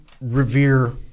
revere